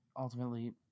Ultimately